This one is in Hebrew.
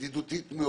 מערכת ידידותית,